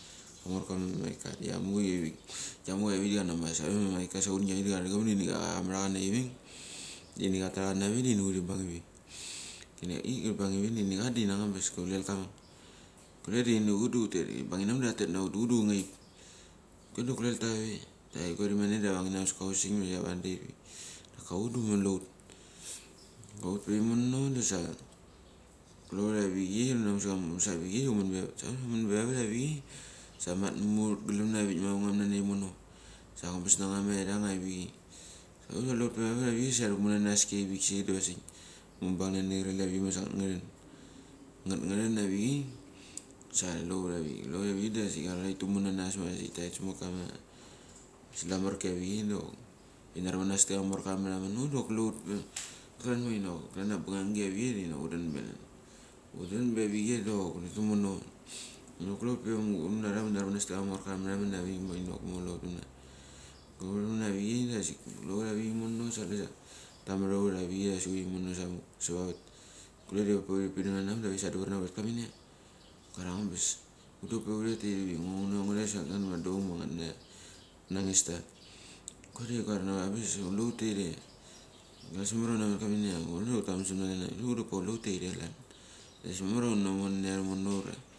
Kamorka ma Micka ava hesiki, kiamucha aivik da kanamas ava ma Micka saunki avichei karacham da karonos da kamaracha ngvik. Deni katra cha navik dini huri bangini huri bangivi dini kadini angabes kuleka mak. Kule dini hutet ivi, tibanginamek da tetnahut da hut da hungaip. Kule dok kuleh tava tari kur imanap ma tavang samet ka hauski. Da ka hut da kule hut, kule pe imono da sa. Kule hut avichei hunamu sa amungas avchei da humen pevavat. Sa humen pe vavat avichei sa mat ma hut glemna mavangam nai mono sa angabas namairang avichei. Hut da kule hut pa vavat avicheisa alumaski avik sai diva asik mubang nani krenavi ma taron. Nget ngara avichei sa kule hut avichei sa kule da asik arura titumu nanas masik taret samet kama samarki avichei dok tinarimanas tamork avaraman, hut dok kulel hut pe vavat klan ma inok klania bangangi avichei kinok hudenparana, hudenpe avichei diok hutet tamono. Inok kule hut pe hurinari amorka ava maramen ma inok kule hut tamna. Kule hut avichei asik, kule hut avik imono sa kule sa tamana hut avik ia asik huret imono samak sava vat. Kule de hupe huri pinam nanamak da tave tisnandavar na hut ia huret klan minia, nguu guria angambas hut de hutpe huret tairivi. Ngo nguna angures ma nget ma da voung ma nangista, kule tiquarna hutia kule hut teire. Ambas mamaria hutnamet klan minia kule da hutaman sena klan avik, doki hut da kule teire klan.Â Ambas mamar ia hunamon nania imono.